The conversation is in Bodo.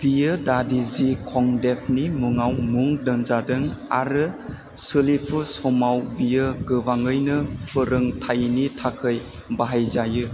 बेयो दादिजी कंदेवनि मुङाव मुं दोनजादों आरो सोलिफु समाव बेयो गोबाङैनो फोरोंथायनि थाखाय बाहायजायो